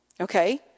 Okay